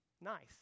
nice